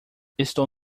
estou